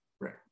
right